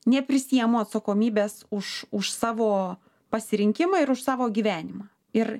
neprisiimu atsakomybės už už savo pasirinkimą ir už savo gyvenimą ir